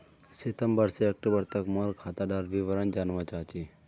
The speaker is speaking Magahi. सितंबर से अक्टूबर तक मोर खाता डार विवरण जानवा चाहची?